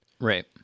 right